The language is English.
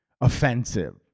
offensive